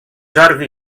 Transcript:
jordi